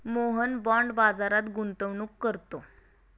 Mohan bond बाजारात गुंतवणूक करतो